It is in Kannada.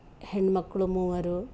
ಹೆಣ್ಮಕ್ಕಳು ಮೂವರು